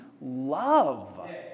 love